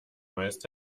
meist